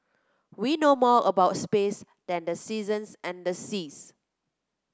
we know more about space than the seasons and the seas